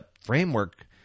framework